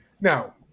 Now